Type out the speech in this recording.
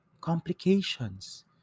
complications